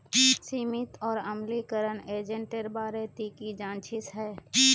सीमित और अम्लीकरण एजेंटेर बारे ती की जानछीस हैय